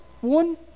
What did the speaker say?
one